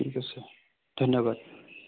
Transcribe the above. ঠিক আছে ধন্যবাদ